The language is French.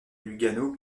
lugano